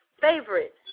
favorite